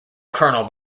colonel